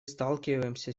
сталкиваемся